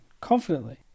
confidently